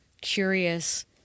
curious